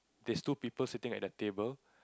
there's two people sitting at the table